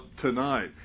tonight